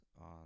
on